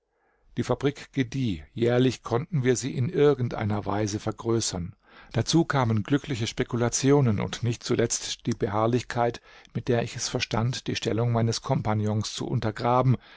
die fabrik gedieh jährlich konnten wir sie in irgend einer weise vergrößern dazu kamen glückliche spekulationen und nicht zuletzt die beharrlichkeit mit der ich es verstand die stellung meines kompagnons zu untergraben